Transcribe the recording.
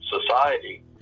society